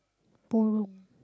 borrow